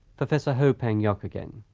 professor ho peng yoke again.